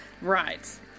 right